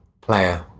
player